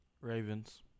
Ravens